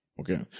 Okay